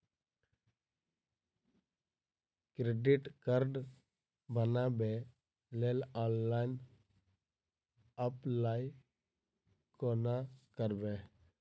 Credit card बनाबै लेल online apply कोना करबै?